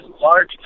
large